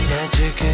Magic